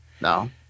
No